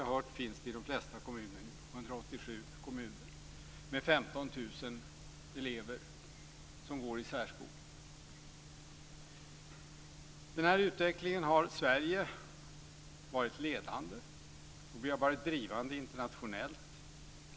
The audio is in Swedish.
Särskolor finns nu i de flesta kommuner - i 187 kommuner och med 15 000 Sverige har varit ledande i den utvecklingen, och vi har varit drivande internationellt.